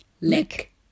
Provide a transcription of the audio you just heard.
Lick